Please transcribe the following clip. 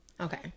Okay